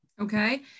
okay